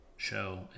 Show